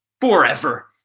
forever